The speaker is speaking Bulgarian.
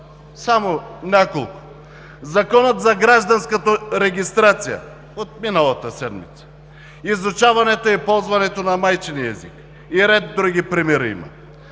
Само няколко: Законът за гражданската регистрация от миналата седмица, изучаването и ползването на майчиния език, и ред други примери има.